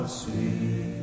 sweet